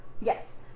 Yes